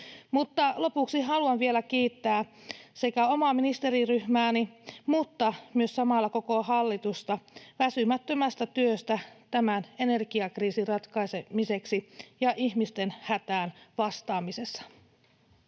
lopuksi haluan vielä kiittää omaa ministeriryhmääni mutta samalla myös koko hallitusta väsymättömästä työstä tämän energiakriisin ratkaisemiseksi ja ihmisten hätään vastaamisessa.